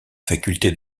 faculté